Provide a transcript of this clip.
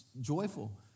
joyful